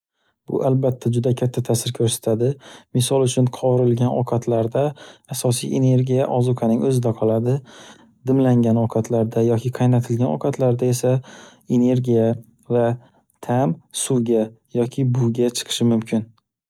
Bu albatta juda katta ta'sir ko'rsatadi. Misol uchun qovirilgan ovqatlarda asosiy energiya ozuqaning o'zida qoladi. Dimlangan ovqatlarda yoki qaynatilgan ovqatlarda esa energiya va tam suvga yoki bug'ga chiqishi mumkin.